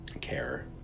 care